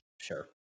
Sure